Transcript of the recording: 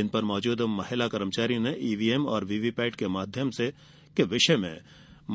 इनपर मौजूद महिला कर्मचारियों ने ईवीएम और वीवीपैट के विषय में